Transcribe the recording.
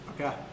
Okay